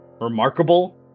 remarkable